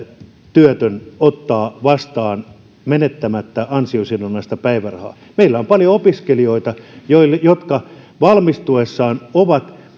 työtön ottaa vastaan menettämättä ansiosidonnaista päivärahaa meillä on paljon opiskelijoita jotka valmistuessaan ovat